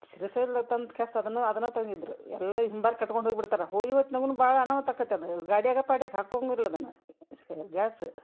ತಂದ್ಕೆಸ್ ಅದನ್ನು ಅದನ್ನ ತಂದಿದ್ರು ಎಲ್ಲ ಹಿಂಬಾಲ್ ಕಟ್ಕೊಂಡು ಹೋಗ್ಬಿಡ್ತಾರೆ ಹೋಗಿ ಹೊತ್ನಾಗೂ ಭಾಳ ಅನಾಹುತ್ ಆಕ್ಕೆತೆ ಅದು ಗಾಡಿಯಾಗ ಪಾಡಿಯಾಗ ಹಾಕೊಂಗಿಲ್ಲ ಅದನ್ನು ಶೇ ಗ್ಯಾಸ